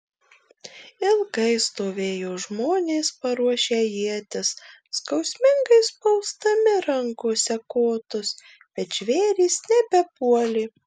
ilgai stovėjo žmonės paruošę ietis skausmingai spausdami rankose kotus bet žvėrys nebepuolė